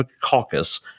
Caucus